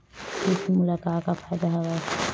करे से मोला का का फ़ायदा हवय?